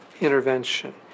intervention